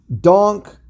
Donk